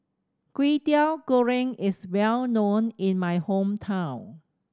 Kwetiau Goreng is well known in my hometown